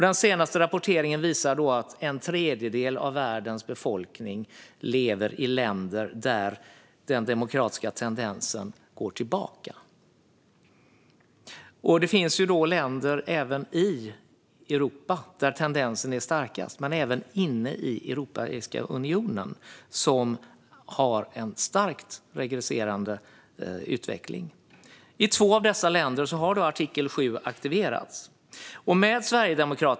Den senaste rapporteringen visar att en tredjedel av världens befolkning lever i länder där den demokratiska tendensen går tillbaka. Det finns länder även i Europa där tendensen är stark men också länder inom Europeiska unionen som har en starkt regressiv utveckling. I två av dessa länder har artikel 7 aktiverats.